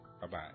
Bye-bye